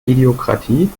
idiokratie